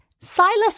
Silas